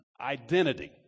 identity